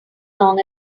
long